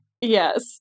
Yes